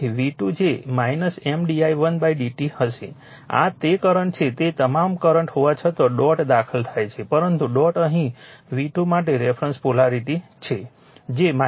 તેથી V2 જે Mdi1dt હશે આ તે કરંટ છે તે તમામ કરંટ હોવા છતાં ડોટ દાખલ થાય છે પરંતુ ડોટ અહીં V2 માટે રેફરન્સ પોલારિટી છે જે છે